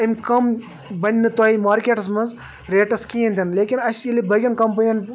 أمۍ کم بنٛنہِ تۄہِہ مارکیٹَس منٛز ریٹَس کِہیٖنۍ تہِ نہٕ لیکن اَسہِ ییٚلہِ باقین کَمپٔنییَن